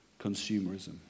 consumerism